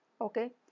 Okay